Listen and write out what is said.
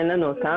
אין לנו אותם.